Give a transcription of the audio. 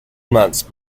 months